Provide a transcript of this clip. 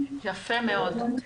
יפה מאוד.